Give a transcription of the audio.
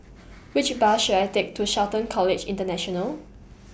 Which Bus should I Take to Shelton College International